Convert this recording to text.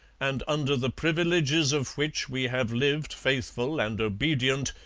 and under the privileges of which we have lived faithful and obedient,